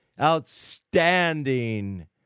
outstanding